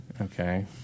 okay